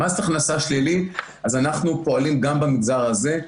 מס ההכנסה שלילי אנחנו פועלים גם במגזר הזה.